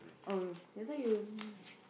oh that's why you